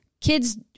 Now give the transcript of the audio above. kids